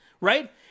right